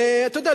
ואתה יודע,